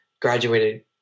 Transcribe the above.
graduated